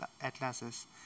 atlases